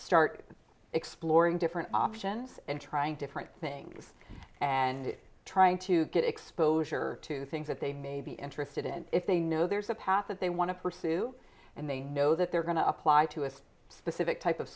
start exploring different options and trying different things and trying to get exposure to things that they may be interested in if they know there's a path that they want to pursue and they know that they're going to apply to a specific type of